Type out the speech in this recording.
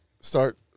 start